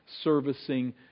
servicing